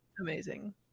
Amazing